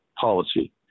policy